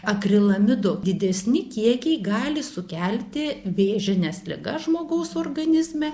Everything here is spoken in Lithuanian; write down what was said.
akrilamido didesni kiekiai gali sukelti vėžines ligas žmogaus organizme